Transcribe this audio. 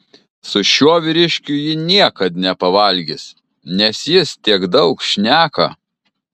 su šiuo vyriškiu ji niekad nepavalgys nes jis tiek daug šneka